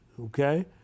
okay